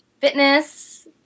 fitness